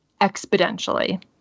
exponentially